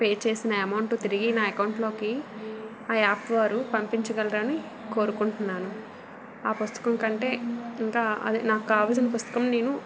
pay చేసిన amount తిరిగి నా అకౌంట్లోకి ఆ యాప్ వారు పంపించగలరని కోరుకుంటున్నాను ఆ పుస్తకం కంటే ఇంకా అదే నాకు కావాలసిన పుస్తకం నేను